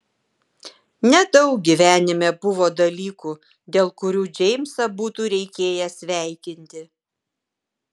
nedaug gyvenime buvo dalykų dėl kurių džeimsą būtų reikėję sveikinti